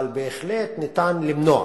ובהחלט ניתן למנוע